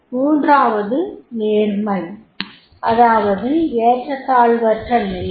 மூன்றாவதாக நேர்மை அதாவது ஏற்றத்தாழ்வற்ற நிலை